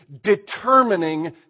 determining